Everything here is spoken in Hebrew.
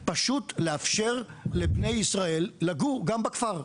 פשוט לאפשר לבני ישראל לגור גם בכפר.